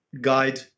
guide